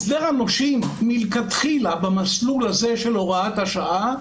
הסדר הנושים מלכתחילה במסלול הזה של הוראת השעה,